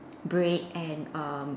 bread and erm